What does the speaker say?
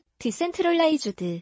decentralized